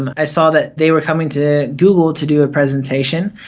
i saw that they were coming to google to do a presentation,